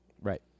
Right